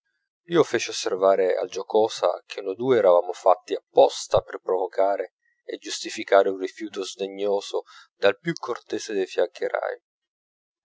io feci osservare al giacosa che noi due eravamo fatti apposta per provocare e giustificare un rifiuto sdegnoso dal più cortese dei fiaccherai egli